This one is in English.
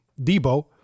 Debo